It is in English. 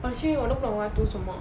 actually 我都不懂我要读什么